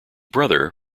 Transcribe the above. brother